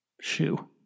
Shoe